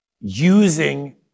using